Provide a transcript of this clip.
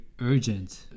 urgent